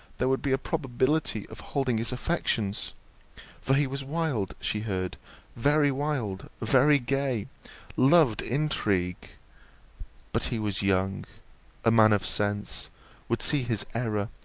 there would be a probability of holding his affections for he was wild, she heard very wild, very gay loved intrigue but he was young a man of sense would see his error,